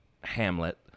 Hamlet